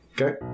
Okay